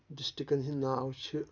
ڈِسٹکن ہنٛدۍ ناو چھِ